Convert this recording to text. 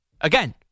Again